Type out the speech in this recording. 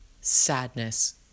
sadness